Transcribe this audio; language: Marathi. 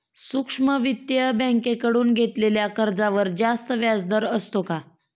सूक्ष्म वित्तीय बँकेकडून घेतलेल्या कर्जावर जास्त व्याजदर असतो का?